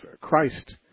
Christ